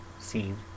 scene